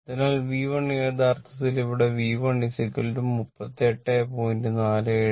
അതിനാൽ V1 യഥാർത്ഥത്തിൽ ഇവിടെ V1 38